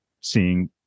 seeing